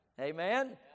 Amen